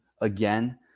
again